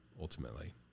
ultimately